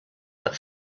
but